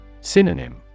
Synonym